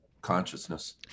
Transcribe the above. consciousness